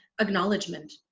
acknowledgement